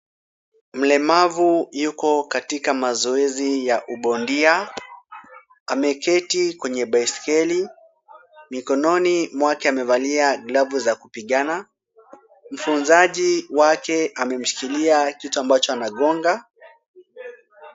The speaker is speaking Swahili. Mlemavu yuko katika mazoezi ya ubondia. Ameketi kwenye baiskeli, mikononi mwake amevalia glavu za kupigana. Mfunzaji wake amemshikilia kitu ambacho anagonga.